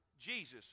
Jesus